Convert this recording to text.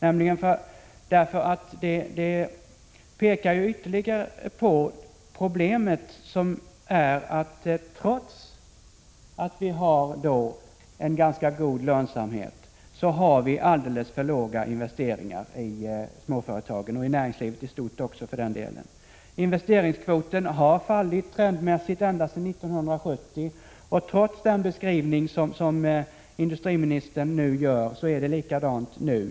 Det visar ytterligare det problem som ligger däri att man trots en ganska god lönsamhet har alldeles för låga investeringar i småföretagen och för den delen också i näringslivet i stort. Investeringskvoten har trendmässigt fallit ända sedan 1970, och trots industriministerns beskrivning är det likadant nu.